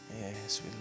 yes